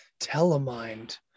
Telemind